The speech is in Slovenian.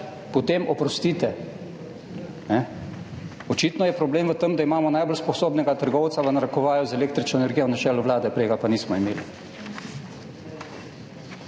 potem, oprostite, očitno je problem v tem, da imamo najbolj sposobnega trgovca, v narekovaju, z električno energijo na čelu Vlade, prej ga pa nismo imeli.